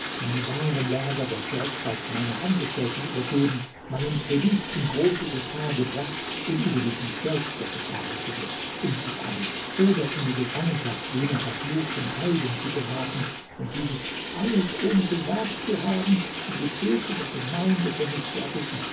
meine warenlager der sorgfalt meiner angestellten übergeben meinen kredit in große gefahr gebracht und überdies mich selbst der gefahr ausgesetzt umzukommen oder in die gefangenschaft jener verfluchten heiden zu geraten und dieses alles ohne gewagt zu haben die gebete der gemeinde für mich zu erbitten